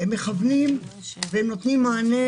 הם מכוונים ונותנים מענה